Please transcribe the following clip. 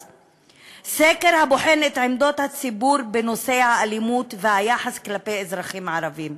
סקר הבוחן את עמדות הציבור בנושא האלימות והיחס כלפי אזרחים ערבים.